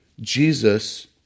Jesus